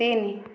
ତିନି